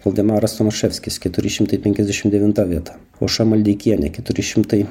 valdemaras tomaševskis keturi šimtai penkiasdešim devinta vieta aušra maldeikienė keturi šimtai